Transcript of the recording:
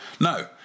No